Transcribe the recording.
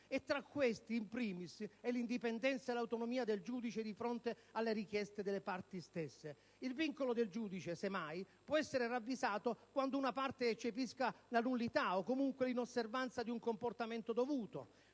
e tra questi, *in primis*, l'indipendenza e l'autonomia del giudice di fronte alle richieste delle parti stesse. Il vincolo del giudice, se mai, può essere ravvisato quando una parte eccepisca una nullità o comunque l'inosservanza di un comportamento dovuto.